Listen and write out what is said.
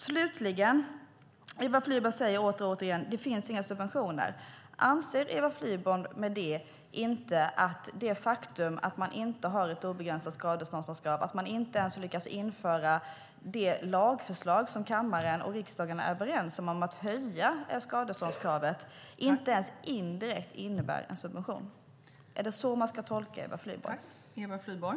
Slutligen: Eva Flyborg säger åter och åter att det inte finns några subventioner. Anser Eva Flyborg att det faktum att man inte har ett obegränsat skadeståndsansvar och inte ens har lyckats införa det lagförslag om att höja skadeståndskravet som riksdagen är överens om inte ens indirekt innebär en subvention? Är det så man ska tolka Eva Flyborg?